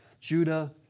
Judah